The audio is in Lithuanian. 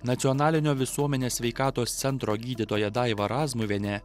nacionalinio visuomenės sveikatos centro gydytoja daiva razmuvienė